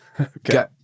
Okay